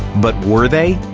but were they?